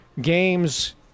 games